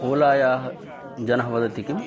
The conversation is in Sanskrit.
ओलायाः जनः वदति किं